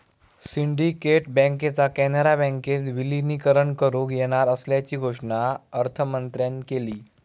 syndicate बँकेचा कॅनरा बँकेत विलीनीकरण करुक येणार असल्याची घोषणा अर्थमंत्र्यांन केली